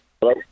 Hello